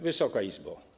Wysoka Izbo!